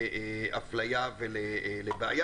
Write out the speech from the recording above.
מועדות לאפליה ולבעיה.